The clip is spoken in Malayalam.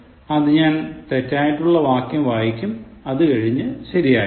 ആദ്യം ഞാൻ തെറ്റായിട്ടുള്ള വാക്യം വായിക്കും അതുകഴിഞ്ഞ് ശരിയായതും